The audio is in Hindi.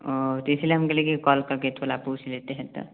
ओ तो इसीलिए हम बोले कि कॉल करके थोड़ा पूछ लेते हैं तब